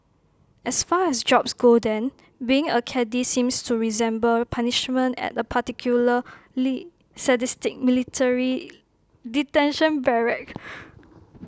as far as jobs go then being A caddie seems to resemble punishment at A particularly sadistic military detention barrack